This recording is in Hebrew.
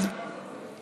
מה עם הרב קוק?